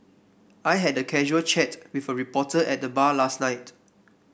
I had a casual chat with a reporter at the bar last night